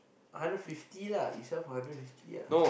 hundred fifty lah you sell for hundred fifty lah